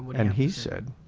and he said,